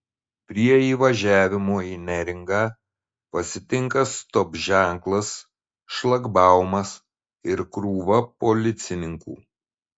prie įvažiavimo į neringą pasitinka stop ženklas šlagbaumas ir krūva policininkų